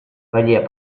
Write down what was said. paller